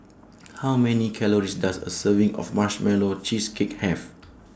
How Many Calories Does A Serving of Marshmallow Cheesecake Have